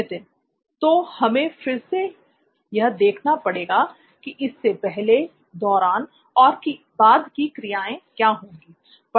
नित्थिन तो हमें फिर से या देखना पड़ेगा कि इससे " पहले" " दौरान" और " बाद" की क्रियाएं क्या होंगी